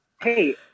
Hey